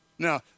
Now